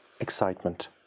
Excitement